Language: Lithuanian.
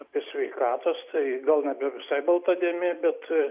apie sveikatos tai gal nebe visai balta dėmė bet